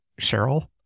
Cheryl